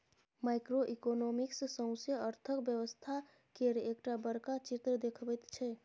micro economics सौसें अर्थक व्यवस्था केर एकटा बड़का चित्र देखबैत छै